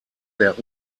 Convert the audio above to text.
der